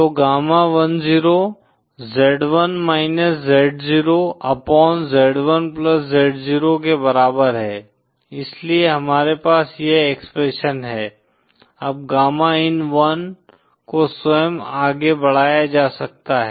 तो गामा10 z1 z0 upon z1z0 के बराबर है इसलिए हमारे पास यह एक्सप्रेशन है अब गामा इन1 को स्वयं आगे बढ़ाया जा सकता है